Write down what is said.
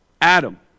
Adam